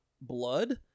blood